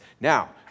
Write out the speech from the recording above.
Now